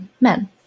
men